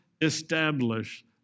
establish